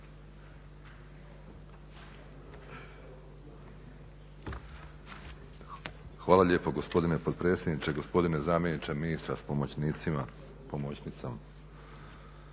Hvala lijepo gospodine potpredsjedniče, gospodine zamjeniče ministra s pomoćnicima, pomoćnicom.